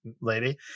lady